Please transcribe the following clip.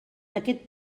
aquest